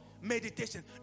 Meditation